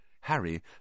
Harry